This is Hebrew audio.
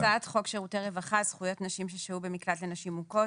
הצעת חוק שירותי רווחה (זכויות נשים ששהו במקלט לנשים מוכות)